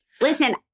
Listen